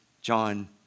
John